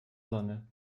sonne